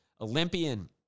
Olympian